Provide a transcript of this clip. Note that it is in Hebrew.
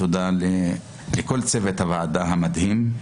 תודה לכל צוות הוועדה המדהים,